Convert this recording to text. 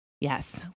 Yes